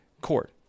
court